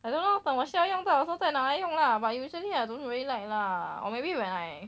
I don't know 等我需要用到的时候在那来用 lah but usually I don't really like lah or maybe you when I